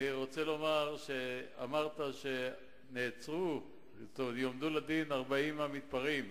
אני רוצה לומר שאמרת שיועמדו לדין 40 מהמתפרעים,